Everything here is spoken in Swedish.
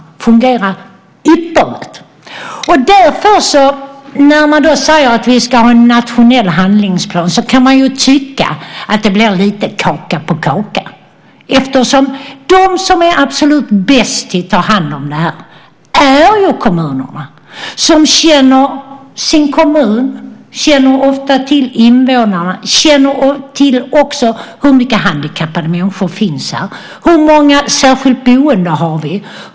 Det fungerade ypperligt. När det då sägs att vi ska ha en nationell handlingsplan kan man därför tycka att det blir lite kaka på kaka. De som är absolut bäst på att ta hand om sådant här är ju kommunerna. De känner sin kommun och känner ofta till invånarna. Hur många handikappade människor finns här? Hur många särskilda boenden har vi?